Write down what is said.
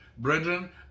Brethren